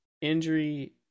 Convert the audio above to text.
injury